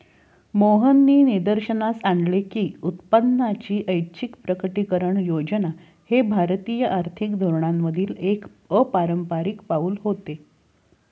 मोहननी निदर्शनास आणले की उत्पन्नाची ऐच्छिक प्रकटीकरण योजना हे भारतीय आर्थिक धोरणांमधील एक अपारंपारिक पाऊल होते